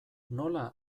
nola